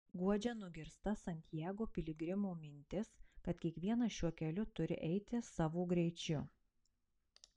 guodžia nugirsta santiago piligrimų mintis kad kiekvienas šiuo keliu turi eiti savo greičiu